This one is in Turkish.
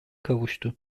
kavuştu